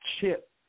chip